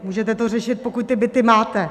Můžete to řešit, pokud ty byty máte.